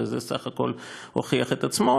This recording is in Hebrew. וזה סך-הכול הוכיח את עצמו.